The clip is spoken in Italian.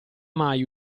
mai